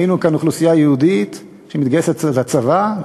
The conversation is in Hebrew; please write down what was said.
היינו כאן אוכלוסייה יהודית שמתגייסת לצבא,